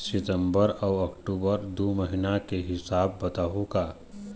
सितंबर अऊ अक्टूबर दू महीना के हिसाब बताहुं का?